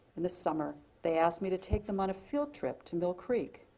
in the summer, they asked me to take them on a field trip to mill creek.